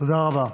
תודה רבה.